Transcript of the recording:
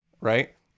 Right